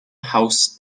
haus